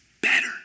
better